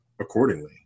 accordingly